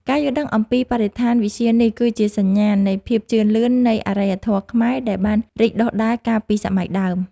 ការយល់ដឹងអំពីបរិស្ថានវិទ្យានេះគឺជាសញ្ញាណនៃភាពជឿនលឿននៃអរិយធម៌ខ្មែរដែលបានរីកដុះដាលកាលពីសម័យដើម។